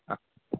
ആ